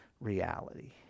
reality